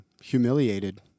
humiliated